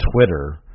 Twitter